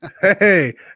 Hey